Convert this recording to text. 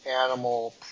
animal